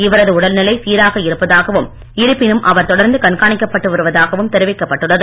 இவரது உடல் நிலை சீராக இருப்பதாகவும் இருப்பினும் அவர் தொடர்ந்து கண்காணிக்கப்பட்டு வருவதாகவும் தெரிவிக்கப்பட்டுள்ளது